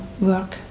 work